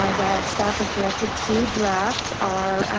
ah that staff was directed to draft our,